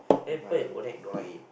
and then people in Odac don't like him